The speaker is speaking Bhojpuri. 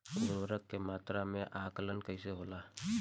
उर्वरक के मात्रा में आकलन कईसे होला?